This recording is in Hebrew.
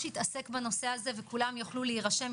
יתעסק בנושא הזה וכולם יוכלו להירשם.